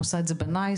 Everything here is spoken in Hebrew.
שעושה את זה ב-NICE,